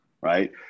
right